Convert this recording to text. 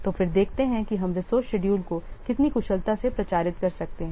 तो फिर देखते हैं कि हम रिसोर्से शेड्यूल को कितनी कुशलता से प्रचारित कर सकते हैं